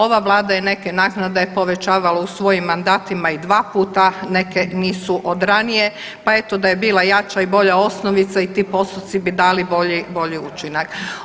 Ova Vlada je neke naknade povećavala u svojim mandatima i dva puta, neke nisu od ranije pa eto da je bila jača i bolja osnovnica i ti postoci bi dali bolji učinak.